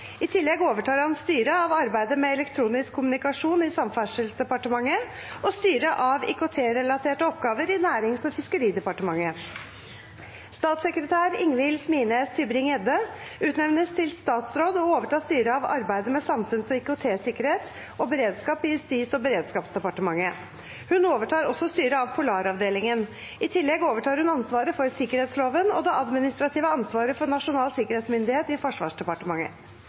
I tillegg overtar han styret av arbeidet med elektronisk kommunikasjon i Samferdselsdepartementet og styret av IKT-relaterte oppgaver i Nærings- og fiskeridepartementet. Statssekretær Ingvil Smines Tybring-Gjedde utnevnes til statsråd og overtar styret av arbeidet med samfunns- og IKT-sikkerhet og beredskap i Justis- og beredskapsdepartementet. Hun overtar også styret av Polaravdelingen. I tillegg overtar hun ansvaret for sikkerhetsloven og det administrative ansvaret for Nasjonal sikkerhetsmyndighet i Forsvarsdepartementet.